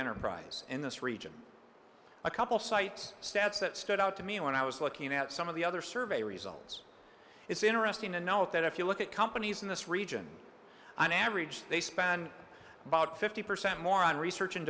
enterprise in this region a couple sites stats that stood out to me when i was looking at some of the other survey results it's interesting to note that if you look at companies in this region on average they span about fifty percent more on research and